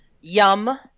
Yum